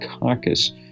Caucus